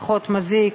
פחות מזיק.